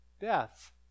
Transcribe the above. death